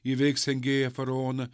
įveiks engėją faraoną